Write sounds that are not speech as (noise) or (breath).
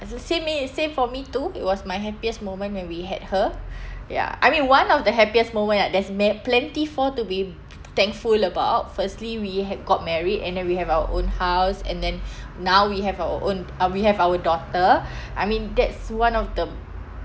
it's the same eh same for me too it was my happiest moment when we had her ya I mean one of the happiest moment lah there's ma~ plentiful to be thankful about firstly we had got married and then we have our own house and then now (breath) we have our own uh we have our daughter I mean that's one of the